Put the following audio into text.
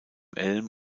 elm